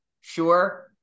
sure